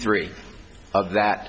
three of that